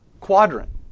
quadrant